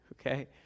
Okay